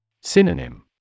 Synonym